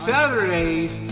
Saturdays